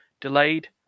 delayed